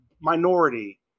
minority